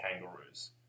Kangaroos